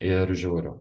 ir žiūriu